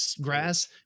grass